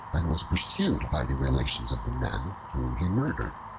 and was pursued by the relations of the man whom he murdered.